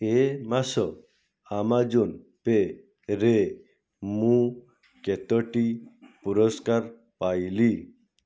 ଏ ମାସ ଆମାଜନ୍ ପେ'ରେ ମୁଁ କେତୋଟି ପୁରସ୍କାର ପାଇଲି